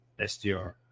SDR